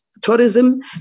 Tourism